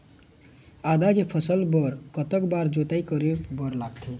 आदा के फसल बर कतक बार जोताई करे बर लगथे?